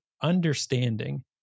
understanding